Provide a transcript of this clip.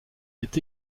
est